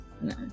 No